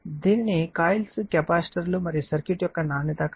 దీనిని కాయిల్స్ కెపాసిటర్లు మరియు సర్క్యూట్ యొక్క నాణ్యత కారకం అంటారు